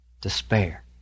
despair